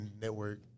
network